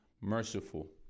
Merciful